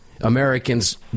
Americans